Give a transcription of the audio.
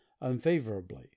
unfavorably